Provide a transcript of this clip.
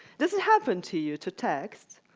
does it happen to you to text,